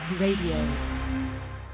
RADIO